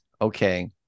okay